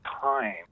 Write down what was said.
time